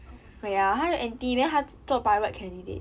oh my god